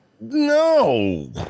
No